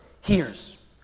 hears